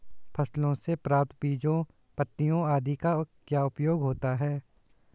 फसलों से प्राप्त बीजों पत्तियों आदि का क्या उपयोग होता है?